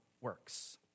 works